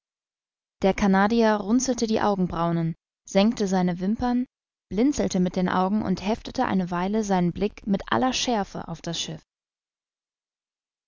der canadier runzelte die augenbraunen senkte seine wimpern blinzelte mit den augen und heftete eine weile seinen blick mit aller schärfe auf das schiff